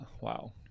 wow